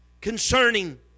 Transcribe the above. Concerning